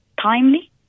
timely